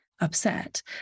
upset